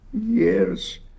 years